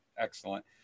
Excellent